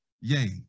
Yay